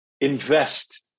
invest